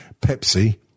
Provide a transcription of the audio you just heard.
Pepsi